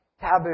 Taboo